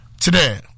today